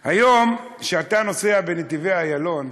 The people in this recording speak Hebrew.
היום, כשאתה נוסע בנתיבי-איילון,